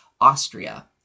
Austria